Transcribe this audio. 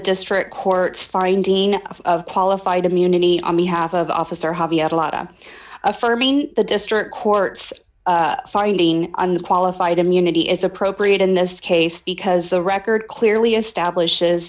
district court's finding of qualified immunity on behalf of officer harvey at a lotta affirming the district court's finding unqualified immunity is appropriate in this case because the record clearly establishes